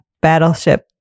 battleship